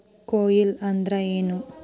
ಕೊಯ್ಲು ಅಂದ್ರ ಏನ್?